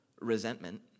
resentment